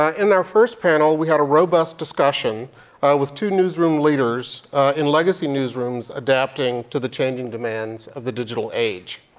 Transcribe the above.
ah in our first panel, we had a robust discussion with two newsroom leaders in legacy newsrooms adapting to the changing demands of the digital age.